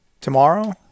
tomorrow